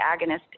agonist